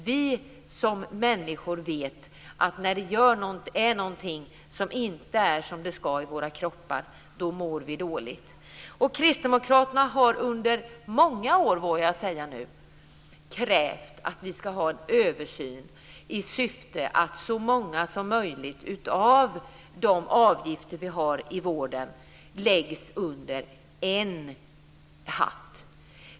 Vi människor vet att när det är någonting som inte är som det ska i våra kroppar, då mår vi dåligt. Kristdemokraterna har under många år, vågar jag säga nu, krävt att vi ska göra en översyn i syfte att så många som möjligt av de avgifter vi har i vården läggs under en hatt.